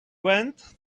went